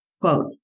Quote